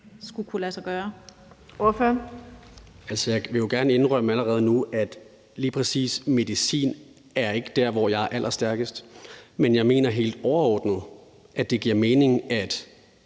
Alexander Ryle (LA): Altså, jeg vil jo gerne indrømme allerede nu, at lige præcis medicin er ikke der, hvor jeg er allerstærkest. Men jeg mener helt overordnet, at det giver mening, at